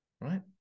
right